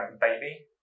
baby